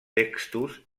textos